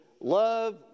love